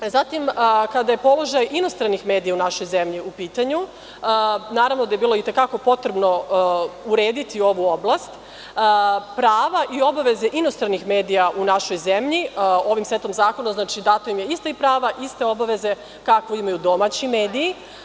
Zatim, kada je položaj inostranih medija u našoj zemlji u pitanju, naravno da je bilo i te kako potrebno urediti ovu oblast, prava i obaveze inostranih medija u našoj zemlji, ovim setom zakona, znači dati su im ista prava, iste obaveze kakve imajudomaći mediji.